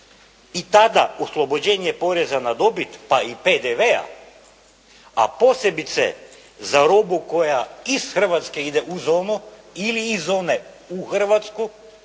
i tada oslobođenje poreza na dobit, pa i PDV-a, a posebice za robu koja iz Hrvatske ide u zonu ili iz zone u Hrvatsku,